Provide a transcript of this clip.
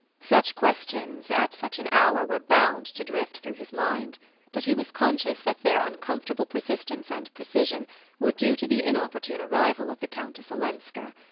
such questions, at such an hour, were bound to drift through his mind but he was conscious that their uncomfortable persistence and precision were due to the inopportune arrival of the countess olenska.